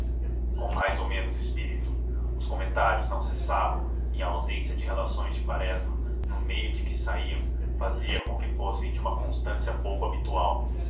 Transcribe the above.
com mais ou menos espírito os comentários não cessavam e a ausência de relações de quaresma no meio de que saíam fazia com que fossem de uma constância pouco habitual